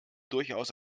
durchaus